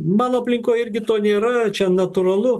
mano aplinkoj irgi to nėra čia natūralu